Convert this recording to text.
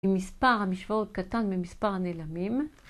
אם מספר המשוואות קטן ממספר הנעלמים